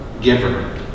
giver